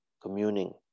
Communing